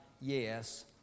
yes